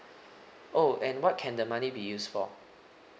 oh and what can the money be used for